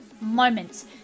moments